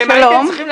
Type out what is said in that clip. זה מה שעבר לי ב-SMS?